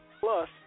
Plus